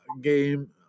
game